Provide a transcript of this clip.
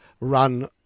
run